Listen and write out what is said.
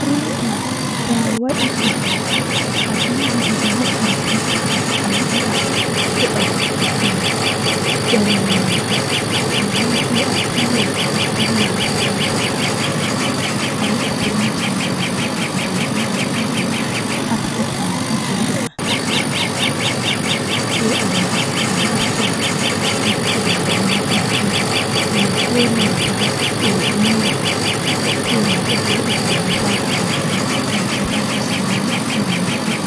Arandeere kam mi eman mo dume o buri yidugo haa rayuwa maako tomi nani ko o buradaa yiduki mi eman mo dume be dume o burdaa yiduki haa duniyaaru tomi nani hunde didi do mi wawan mi yecca ma goddo ko o moijo be ko o wawata waduki.